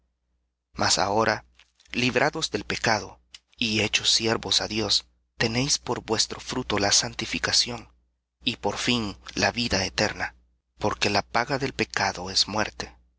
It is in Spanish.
mas ahora librados del pecado y hechos siervos á dios tenéis por vuestro fruto la santificación y por fin la vida eterna porque la paga del pecado es muerte